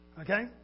okay